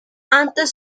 antes